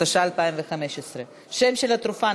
התשע"ה 2015. את השם של התרופה,